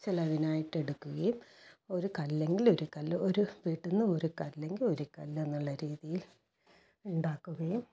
ചിലവിനായിട്ടെടുക്കുകയും ഒരു കല്ലെങ്കിൽ ഒരു കല്ല് ഒരു വീട്ടിൽ നിന്ന് ഒരു കല്ലെങ്കിൽ ഒരു കല്ല് എന്നുള്ള രീതിയിൽ ഉണ്ടാക്കുകയും